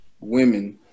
Women